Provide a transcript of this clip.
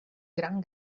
gran